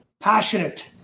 passionate